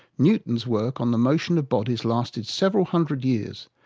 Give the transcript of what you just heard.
newton's work on the motion of bodies lasted several hundred years,